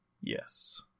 Yes